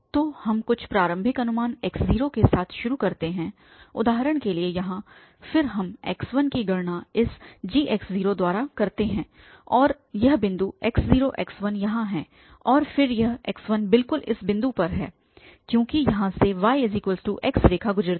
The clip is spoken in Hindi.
तो हम कुछ प्रारंभिक अनुमान x0 के साथ शुरू करते हैं उदाहरण के लिए यहाँ फिर हम x1 की गणना इस g द्वारा करते हैं और यह बिंदुx0x1 यहाँ है और फिर यह x1 बिल्कुल इस बिंदु पर है क्योंकि यहाँ से yx रेखा गुजरती है